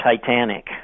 Titanic